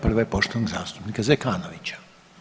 Prva je poštovanog zastupnika Zekanovića.